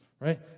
right